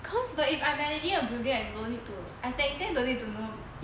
cause but if I managing a building I don't need to I technically don't need to know